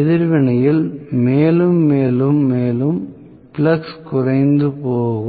எதிர்வினையில் மேலும் மேலும் மேலும் ஃப்ளக்ஸ் குறைந்து போகும்